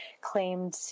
claimed